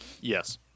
Yes